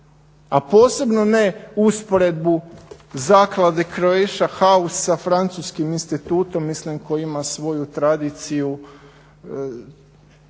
a posebno ne usporedbu zaklade "Croatia house" sa francuskim institutom, mislim koji ima svoju tradiciju